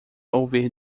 ouvir